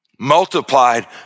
multiplied